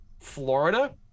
Florida